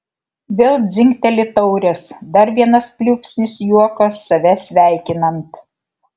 vėl dzingteli taurės dar vienas pliūpsnis juoko save sveikinant